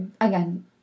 again